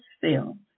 filled